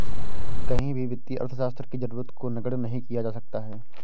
कहीं भी वित्तीय अर्थशास्त्र की जरूरत को नगण्य नहीं किया जा सकता है